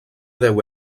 deu